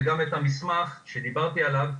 וגם את המסמך שדיברתי עליו,